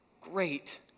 great